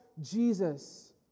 Jesus